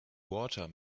water